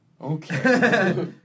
Okay